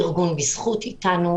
ארגון בזכות אתנו.